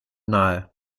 nahe